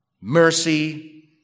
mercy